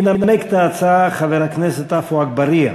ינמק את ההצעה חבר הכנסת עפו אגבאריה.